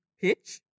pitch